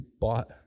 bought